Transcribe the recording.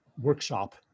workshop